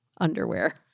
underwear